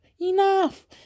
Enough